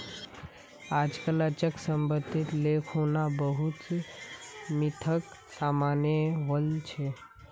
आजकल अचल सम्पत्तिक ले खुना बहुत मिथक सामने वल छेक